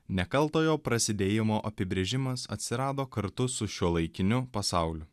nekaltojo prasidėjimo apibrėžimas atsirado kartu su šiuolaikiniu pasauliu